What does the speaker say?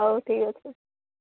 ହଉ ଠିକ୍ ଅଛି